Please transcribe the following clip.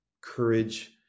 courage